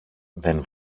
δεν